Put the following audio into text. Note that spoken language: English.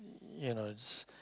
you knows